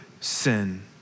sin